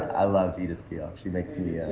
i love edith piaf, she makes me.